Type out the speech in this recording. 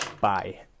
Bye